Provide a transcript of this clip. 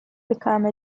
become